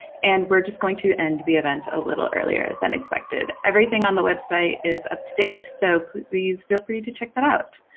and we are just going to end the event a little earlier than expected. everything on the website is up to date, so please feel free to check that out.